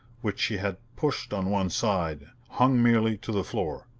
which she had pushed on one side, hung nearly to the floor.